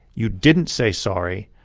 you didn't say sorry.